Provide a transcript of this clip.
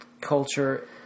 culture